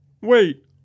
Wait